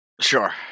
Sure